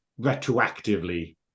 retroactively